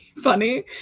funny